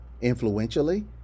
influentially